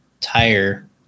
tire